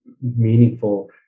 meaningful